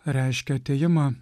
reiškia atėjimą